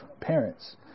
parents